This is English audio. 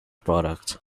product